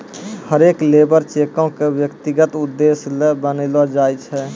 हरेक लेबर चेको क व्यक्तिगत उद्देश्य ल बनैलो जाय छै